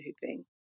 hooping